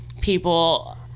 People